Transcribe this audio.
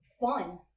fun